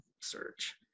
search